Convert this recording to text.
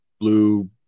blue